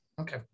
Okay